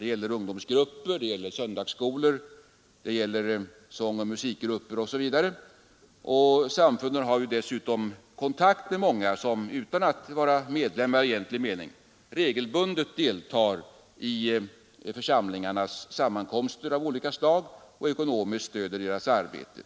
Det gäller ungdomsgrupper, söndagsskolor, sångoch musikgrupper osv. Samfunden har dessutom kontakt med många människor som utan att vara medlemmar i egentlig mening regelbundet deltar i församlingarnas sammankomster av olika slag och ekonomiskt stöder deras arbete.